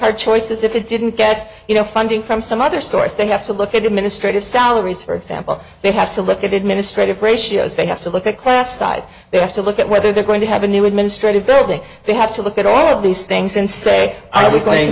hard choices if it didn't get you know funding from some other source they have to look at administrative salaries for example they have to look at administrative ratios they have to look at class size they have to look at whether they're going to have a new administrative building they have to look at all of these things and say i was saying